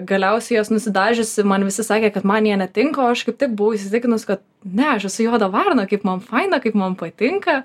galiausiai juos nusidažiusi man visi sakė kad man jie netinka o aš kaip tik buvau įsitikinus kad ne aš esu juoda varna kaip man faina kaip man patinka